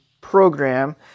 Program